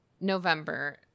November